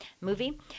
movie